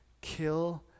kill